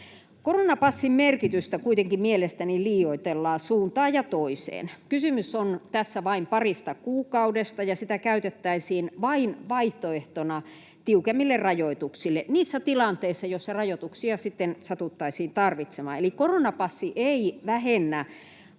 Koronapassin merkitystä kuitenkin mielestäni liioitellaan suuntaan ja toiseen. Kysymys on tässä vain parista kuukaudesta, ja sitä käytettäisiin vain vaihtoehtona tiukemmille rajoituksille niissä tilanteissa, joissa rajoituksia sitten satuttaisiin tarvitsemaan — eli koronapassi ei vähennä